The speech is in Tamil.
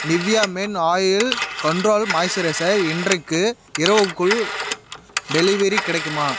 Nivea men oil control moisturiser இன்றைக்கு இரவுக்குள் டெலிவரி கிடைக்குமா